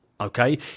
okay